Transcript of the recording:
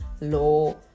law